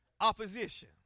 Opposition